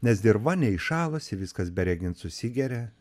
nes dirva neįšalusi viskas beregint susigeria